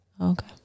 Okay